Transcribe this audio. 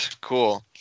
cool